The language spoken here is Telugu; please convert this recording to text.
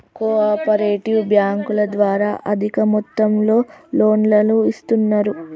కో ఆపరేటివ్ బ్యాంకుల ద్వారా అధిక మొత్తంలో లోన్లను ఇస్తున్నరు